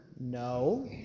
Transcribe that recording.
No